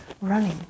running